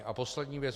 A poslední věc.